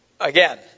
Again